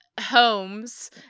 homes